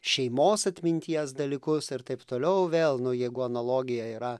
šeimos atminties dalykus ir taip toliau vėl nu jeigu analogija yra